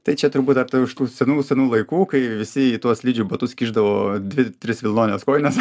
tai čia turbūt atėjo iš tų senų senų laikų kai visi į tuos slidžių batus kišdavo dvi tris vilnones kojines